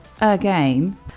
again